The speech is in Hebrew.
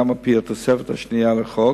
גם לפי תוכניות הגבייה וגם על-פי התוספת השנייה לחוק,